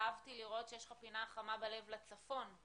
אהבתי לראות שיש לך פינה חמה בלב לצפון.